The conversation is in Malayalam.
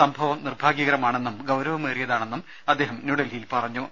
സംഭവം നിർഭാഗ്യകരമാണെന്നും ഗൌരവമേറിയതാണെന്നും അദ്ദേഹം ന്യൂഡൽഹിയിൽ പറഞ്ഞു